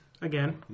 Again